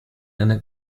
again